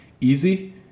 easy